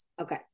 Okay